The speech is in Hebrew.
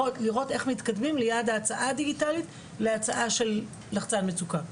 לראות איך מתקדמים להצעה של לחצן מצוקה.